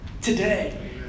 today